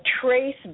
trace